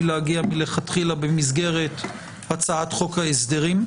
להגיע מלכתחילה במסגרת הצעת חוק ההסדרים.